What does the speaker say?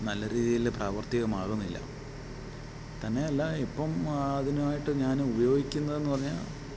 നല്ല രീതിയിൽ പ്രാവർത്തികമാകുന്നില്ല തന്നെയല്ല ഇപ്പം അതിനായിട്ട് ഞാൻ ഉപയോഗിക്കുന്നത് എന്ന് പറഞ്ഞാൽ